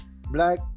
black